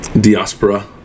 diaspora